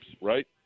right